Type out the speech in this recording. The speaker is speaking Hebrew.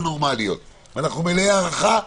אנחנו מלאי הערכה,